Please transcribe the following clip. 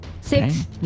Six